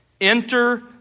Enter